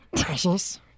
precious